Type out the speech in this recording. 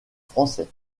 français